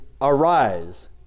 arise